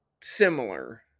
similar